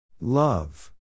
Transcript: Love